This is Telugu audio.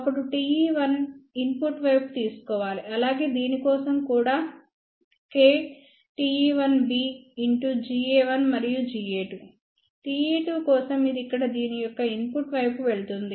అప్పుడు Te1 ఇన్పుట్ వైపు తీసుకోవాలి అలాగే దీని కోసం కూడా ktE1B Ga1 మరియు Ga2Te2 కోసం ఇది ఇక్కడ దీని యొక్క ఇన్పుట్ వైపుకు వెళుతుంది